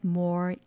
more